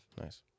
Nice